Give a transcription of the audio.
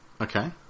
Okay